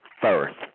first